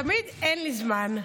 תמיד אין לי זמן.